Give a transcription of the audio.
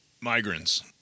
migrants